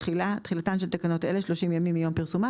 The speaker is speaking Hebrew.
תחילה "תחילתן של תקנות 30 ימים מיום פרסומן".